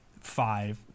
five